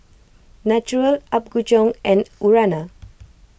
Naturel Apgujeong and Urana